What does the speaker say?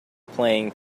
playing